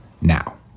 now